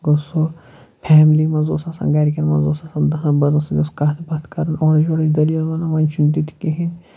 گوٚو سُہ فیملی منٛز اوس آسان گَرِکٮ۪ن منٛز اوس آسان دَہَن بٲژَن سۭتۍ اوس کَتھ باتھ کَرَن اورٕچ یورٕچ دٔلیٖل وَنان وۄنۍ چھُنہٕ تِتہِ کِہیٖنۍ